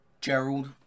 Gerald